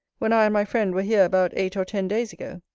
when i and my friend were here about eight or ten days ago?